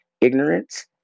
Ignorance